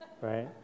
Right